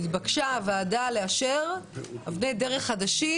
והוועדה נתבקשה לאשר אבני דרך חדשות